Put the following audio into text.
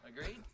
Agreed